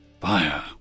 fire